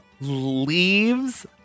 leaves